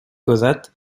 cosaque